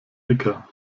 dicker